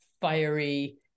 fiery